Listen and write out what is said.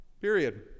Period